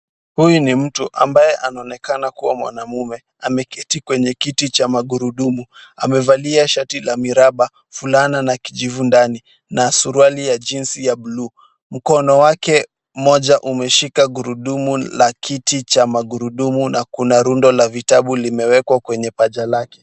Huyu ni mtu ambaye anaonekana kuwa mwanamume. Ameketi kwenye kiti cha magurudumu. Amevalia shati la miraba, fulana na kijivu ndani na suruali ya jeans ya buluu. Mkono wake mmoja umeshika gurudumu la kiti cha magurudumu na kuna rundo la vitabu limewekwa kwenye paja lake.